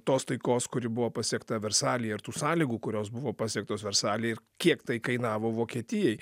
tos taikos kuri buvo pasiekta versaly ir tų sąlygų kurios buvo pasiektos versaly ir kiek tai kainavo vokietijai